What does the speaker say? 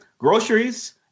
Groceries